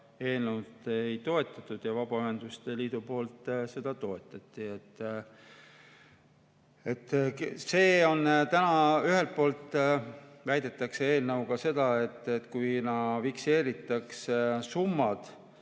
eelnõu ei toetanud, Vabaühenduste Liit seda toetas. Täna ühelt poolt väidetakse eelnõuga seda, et kui fikseeritakse summad,